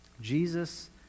Jesus